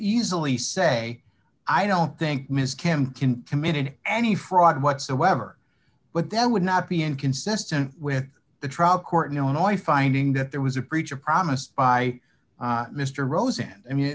easily say i don't think ms kemp can commit any fraud whatsoever but that would not be inconsistent with the trial court in illinois finding that there was a preacher promised by mr rosen i mean